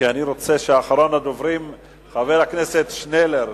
כי אני רוצה שאחרון הדוברים יהיה חבר הכנסת שנלר,